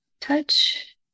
touch